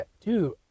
Dude